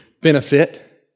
benefit